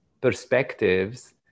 perspectives